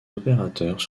opérateurs